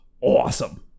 awesome